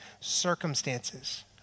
circumstances